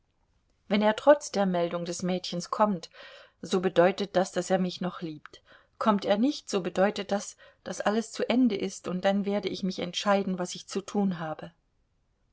wenn er trotz der meldung des mädchens kommt so bedeutet das daß er mich noch liebt kommt er nicht so bedeutet das daß alles zu ende ist und dann werde ich mich entscheiden was ich zu tun habe